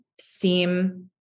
seem